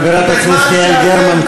חברת הכנסת יעל גרמן,